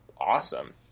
awesome